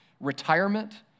Retirement